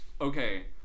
Okay